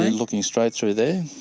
looking straight through there,